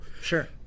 Sure